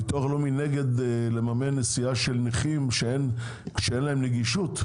ביטוח לאומי נגד לממן נסיעה של נכים שאין להם נגישות?